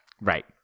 Right